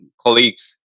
colleagues